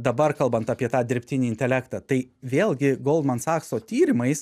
dabar kalbant apie tą dirbtinį intelektą tai vėlgi goldman sakso tyrimais